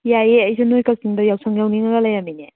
ꯌꯥꯏꯌꯦ ꯑꯩꯁꯨ ꯅꯣꯏ ꯀꯥꯛꯆꯤꯡꯗ ꯌꯥꯎꯁꯪ ꯌꯥꯎꯅꯤꯡꯉꯒ ꯂꯩꯔꯝꯃꯤꯅꯦ